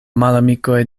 malamikoj